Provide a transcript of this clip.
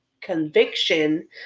conviction